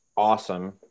Awesome